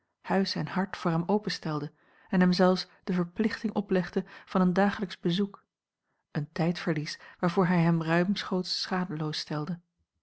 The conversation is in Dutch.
huis en hart voor hem openstelde en hem zelfs de verplichting oplegde van een dagelijksch bezoek een tijdverlies waarvoor hij hem ruimschoots